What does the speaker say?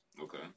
Okay